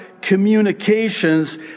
communications